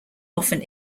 often